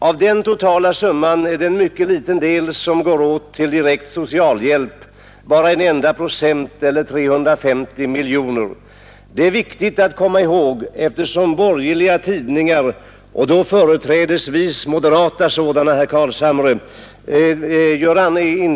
Av den totala summan är det en mycket liten del som går till socialhjälp — bara en enda procent, 350 miljoner kr. Det är viktigt att komma ihåg eftersom borgerliga tidningar, och då företrädesvis moderata sådana,” — observera det, herr Carlshamre!